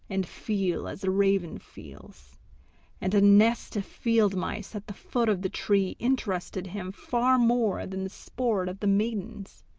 and feel as a raven feels and a nest of field-mice at the foot of the tree interested him far more than the sport of the maidens.